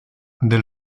del